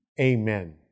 amen